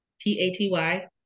T-A-T-Y